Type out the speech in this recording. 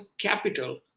capital